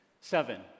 Seven